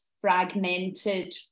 fragmented